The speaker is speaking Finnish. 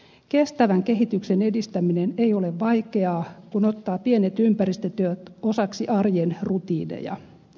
kestävän kehityksen edistäminen ei ole vaikeaa kun ottaa pienet ympäristöteot osaksi arjen rutiineja